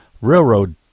Railroad